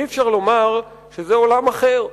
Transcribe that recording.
אי-אפשר לומר שזה עולם אחר,